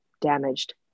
damaged